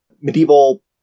medieval